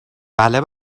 بله